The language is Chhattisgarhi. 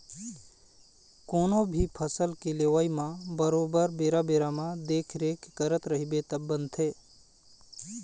कोनो भी फसल के लेवई म बरोबर बेरा बेरा म देखरेख करत रहिबे तब बनथे